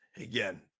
again